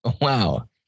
Wow